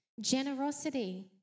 generosity